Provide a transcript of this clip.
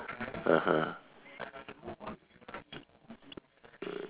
(uh huh)